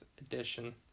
edition